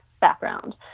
background